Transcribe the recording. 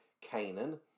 Canaan